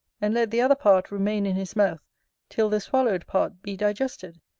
and let the other part remain in his mouth till the swallowed part be digested,